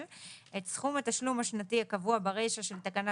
את סכום התשלום השנתי הקבוע ברישה של תקנה